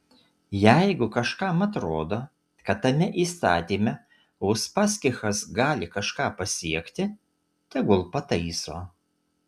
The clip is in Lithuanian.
jeigu kažkam atrodo kad tame įstatyme uspaskichas gali kažką pasiekti tegul pataiso